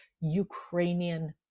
Ukrainian